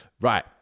right